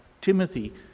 Timothy